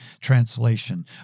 translation